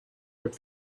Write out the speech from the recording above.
but